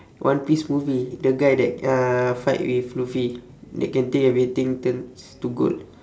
one piece movie the guy that uh fight with luffy that can turn everything turns to gold